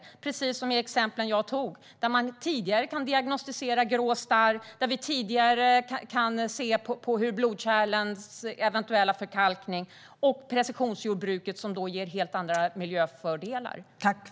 Det visar de exempel som jag tidigare talade om, som att man kan diagnostisera grå starr tidigare och se blodkärls eventuella förkalkning. Vi har även precisionsjordbruket som ger helt andra miljöfördelar.